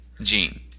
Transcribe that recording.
Gene